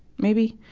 maybe?